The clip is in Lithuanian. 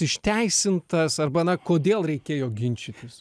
išteisintas arba na kodėl reikėjo ginčytis